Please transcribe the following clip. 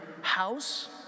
house